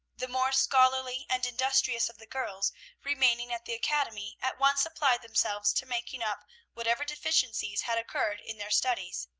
the more scholarly and industrious of the girls remaining at the academy at once applied themselves to making up whatever deficiencies had occurred in their studies.